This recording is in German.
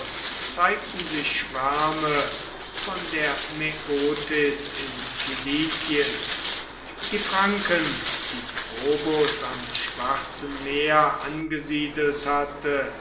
zeigten sich schwärme von der maeotis in kilikien die franken die probus am schwarzen meer angesiedelt hatte